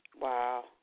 Wow